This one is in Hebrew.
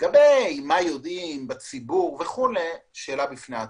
לגבי מה יודעים בציבור, זו שאלה בפני עצמה.